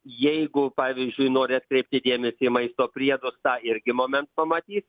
jeigu pavyzdžiui nori atkreipti dėmesį į maisto priedus tą irgi moment pamatys